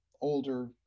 older